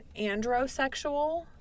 androsexual